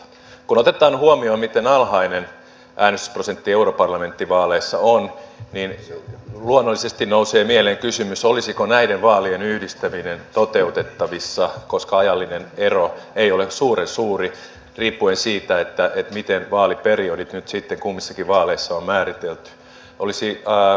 kun otetaan huomioon miten alhainen äänestysprosentti europarlamenttivaaleissa on niin luonnollisesti nousee mieleen kysymys olisiko näiden vaalien yhdistäminen toteutettavissa koska ajallinen ero ei ole suuren suuri riippuen siitä miten vaaliperiodit nyt sitten kummissakin vaaleissa on määritelty